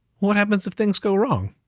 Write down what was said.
what happens if things go wrong?